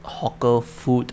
hawker food